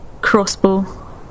crossbow